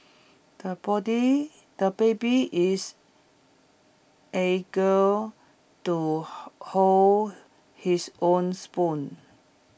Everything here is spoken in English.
the body the baby is eager to hold his own spoon